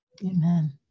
Amen